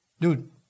Dude